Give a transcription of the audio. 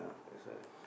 that's why